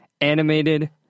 animated